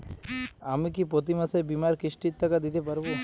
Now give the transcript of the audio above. আমি কি প্রতি মাসে বীমার কিস্তির টাকা দিতে পারবো?